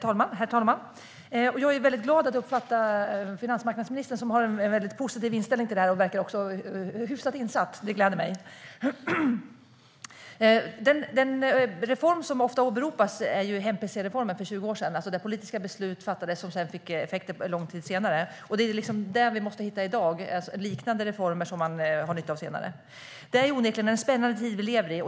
Herr talman! Jag uppfattar att finansmarknadsministern har en mycket positiv inställning till detta och också verkar vara hyfsat insatt. Det gläder mig. Den reform som ofta åberopas är hem-pc-reformen för 20 år sedan, då politiska beslut fattades som sedan fick effekter långt senare. Vi måste i dag hitta liknande reformer som man har nytta av senare. Det är onekligen en spännande tid vi lever i.